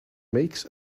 makes